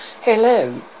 Hello